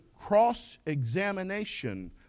cross-examination